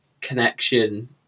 connection